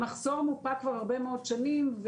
המחסור מופה כבר הרבה מאוד שנים,